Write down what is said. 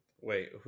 Wait